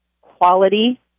quality